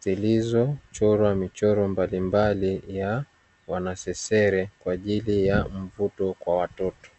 zilizochorwa michoro mbalimbali ya wanasesere kwaajili ya mvuto kwa watoto.